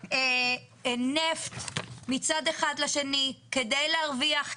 נפט מצד אחד לשני כדי להרוויח כסף,